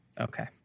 Okay